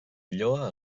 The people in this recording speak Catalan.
lloa